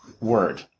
word